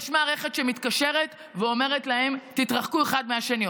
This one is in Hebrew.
יש מערכת שמתקשרת ואומרת להם: תתרחקו אחד מהשני.